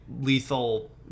lethal